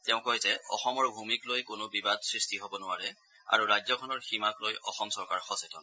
তেওঁ কয় যে অসমৰ ভূমিক লৈ কোনো বিবাদ সৃষ্টি হ'ব নোৱাৰে আৰু ৰাজ্যখনৰ সীমাক লৈ অসম চৰকাৰ সচেতন